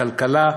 בכלכלה,